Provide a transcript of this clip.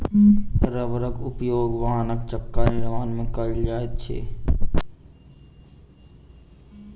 रबड़क उपयोग वाहनक चक्का निर्माण में कयल जाइत अछि